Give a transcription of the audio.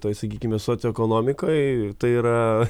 toj sakykime soc ekonomikoj tai yra